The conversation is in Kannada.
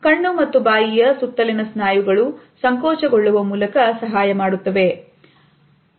ಕಣ್ಣು ಮತ್ತು ಬಾಯಿಯ ಸುತ್ತಲಿನ ಸ್ನಾಯುಗಳು ಸಂಕೋಚ ಗೊಳ್ಳುವ ಮೂಲಕ ಸಹಾಯ ಮಾಡುತ್ತವೆ